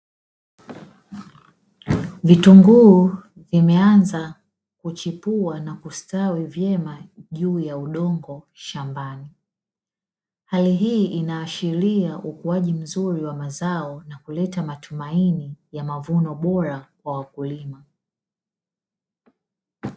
Vitunguu vimeanza kuchipua na kustawi vyema juu ya udongo shambani. Hali hii inaashiria ukuaji mzuri wa mazao na kuleta matumaini ya mavuno bora kwa wakulima.